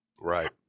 Right